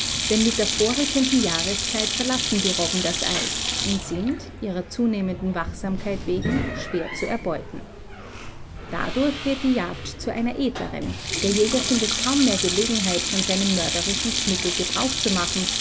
denn mit der vorrückenden jahreszeit verlassen die robben das eis und sind ihrer zunehmenden wachsamkeit wegen schwer zu erbeuten dadurch wird die jagd zu einer edleren der jäger findet kaum mehr gelegenheit von seinem mörderischen knüttel gebrauch zu machen